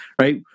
right